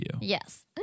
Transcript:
Yes